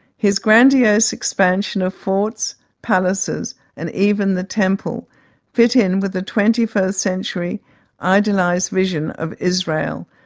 his grandiose expansion of forts, palaces and even the temple fit in with the twenty first century idealised vision of israel,